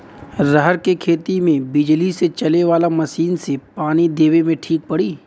रहर के खेती मे बिजली से चले वाला मसीन से पानी देवे मे ठीक पड़ी?